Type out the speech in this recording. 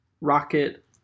Rocket